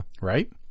Right